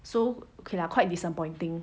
so okay lah quite disappointing